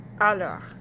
Alors